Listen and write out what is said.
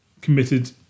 committed